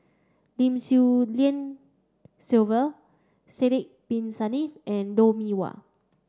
Lim Swee Lian Sylvia Sidek Bin Saniff and Lou Mee Wah